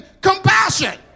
compassion